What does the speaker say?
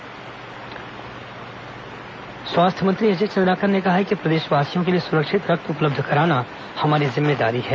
AIIMS कार्यक्रम स्वास्थ्य मंत्री अजय चंद्राकर ने कहा है कि प्रदेशवासियों के लिए सुरक्षित रक्त उपलब्ध कराना हमारी जिम्मेदारी है